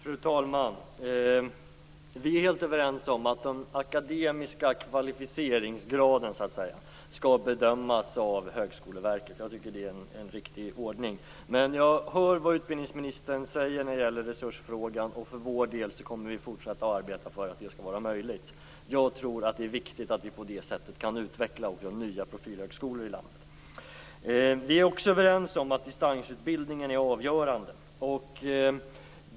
Fru talman! Vi är helt överens om att den akademiska kvalificeringsgraden skall bedömas av Högskoleverket. Jag tycker att det är en riktig ordning. Men jag hör vad utbildningsministern säger när det gäller resursfrågan. För vår del kommer vi att fortsätta arbeta för att det skall vara möjligt. Jag tror att det är viktigt att vi på det sättet kan utveckla nya profilhögskolor i landet. Vi är också överens om att distansutbildningen är avgörande.